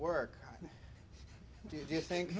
work do you think